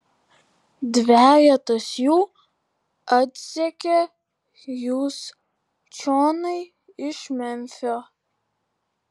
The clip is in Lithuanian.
dvejetas jų atsekė jus čionai iš memfio